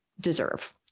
deserve